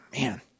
man